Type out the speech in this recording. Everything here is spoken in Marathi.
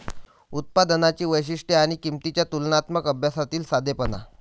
उत्पादनांची वैशिष्ट्ये आणि किंमतींच्या तुलनात्मक अभ्यासातील साधेपणा